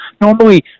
Normally